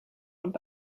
und